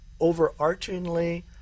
overarchingly